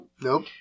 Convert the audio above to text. Nope